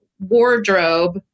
wardrobe